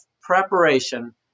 preparation